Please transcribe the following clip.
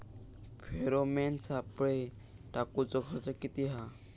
Pheromone सापळे टाकूचो खर्च किती हा?